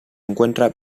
encuentra